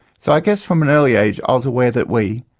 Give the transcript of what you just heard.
so i guess from an early age i was aware that we,